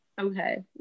Okay